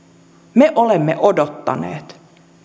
me olemme odottaneet